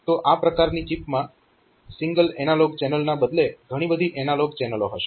તો આ પ્રકારની ચિપમાં સિંગલ એનાલોગ ચેનલના બદલે ઘણી બધી એનાલોગ ચેનલો હશે